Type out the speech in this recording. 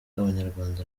abanyarwanda